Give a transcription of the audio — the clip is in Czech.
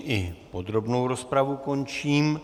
I podrobnou rozpravu končím.